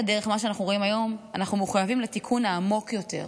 דרך מה שאנחנו רואים היום אנחנו מחויבים לתיקון העמוק יותר,